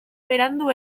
berandu